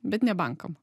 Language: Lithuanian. bet ne bankam